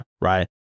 right